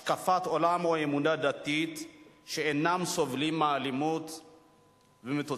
השקפת עולם או אמונה דתית שאינם סובלים מהאלימות ומתוצאותיה.